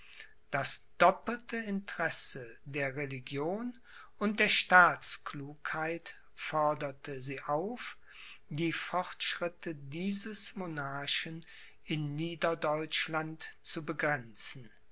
das doppelte interesse der religion und der staatsklugheit forderte sie auf die fortschritte dieses monarchen in niederdeutschland zu begrenzen